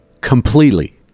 Completely